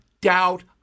doubt